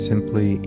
Simply